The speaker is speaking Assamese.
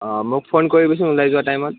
অঁ মোক ফোন কৰিবিচোন ওলাই যোৱা টাইমত